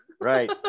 right